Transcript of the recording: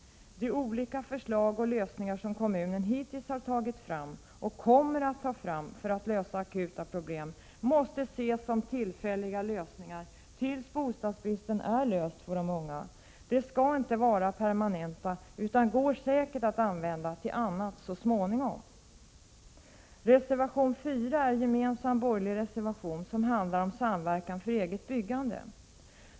De olika förslag som kommunerna hittills har tagit fram och kommer att ta fram för att lösa akuta problem måste ses som tillfälliga åtgärder tills bostadsbristen är avhjälpt för de unga. De skall inte vara permanenta utan går säkert att använda till annat så småningom. Reservation nr 4 är en gemensam borgerlig reservation som handlar om samverkan för eget byggande.